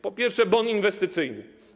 Po pierwsze: bon inwestycyjny.